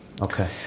Okay